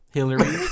Hillary